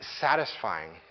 satisfying